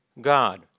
God